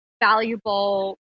Valuable